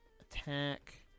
Attack